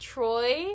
Troy